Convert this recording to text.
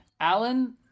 Alan